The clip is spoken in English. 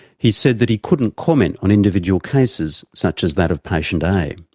he said that he couldn't comment on individual cases such as that of patient a.